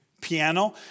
piano